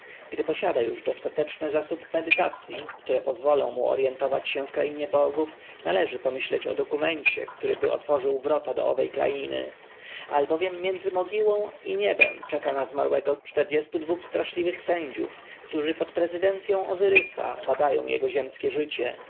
gdy posiada już dostateczny zasób medytacyj które pozwolą mu orjentować się w krainie bogów należy pomyśleć o dokumencie któryby otworzył wrota do owej krainy albowiem między mogiłą i niebem czeka na zmarłego czterdziestu dwóch straszliwych sędziów którzy pod prezydencją ozyrysa badają jego ziemskie życie